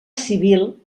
civil